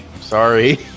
sorry